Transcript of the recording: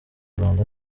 rwanda